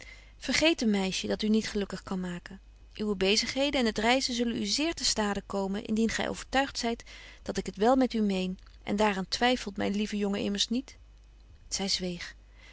vergeet een meisje dat u niet gelukkig kan maken uwe bezigheden en het reizen zullen u zeer te stade komen indien gy overtuigt zyt dat ik het wel met u meen en daar aan twyffelt myn lieve jongen immers niet zy zweeg